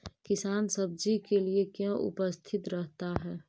किसान सब्जी के लिए क्यों उपस्थित रहता है?